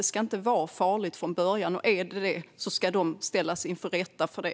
Det ska inte vara farligt, och är det farligt ska de ställas inför rätta för det.